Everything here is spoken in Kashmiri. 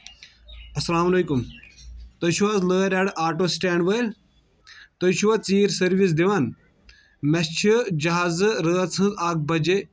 السلام علیکُم تُہۍ چھِو حظ لٲرۍ اڈٕ آٹو سٹینٛڈ وٲلۍ تُہۍ چھِو حظ ژیٖرۍ سٔروِس دِوان مےٚ چھِ جہازٕ رٲژ ہٕنٛز اکھ بجے